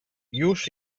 już